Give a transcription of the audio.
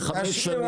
הכלכליים.